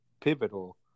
pivotal